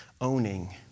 owning